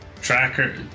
tracker